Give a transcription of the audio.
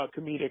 comedic